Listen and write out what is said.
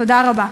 תודה רבה.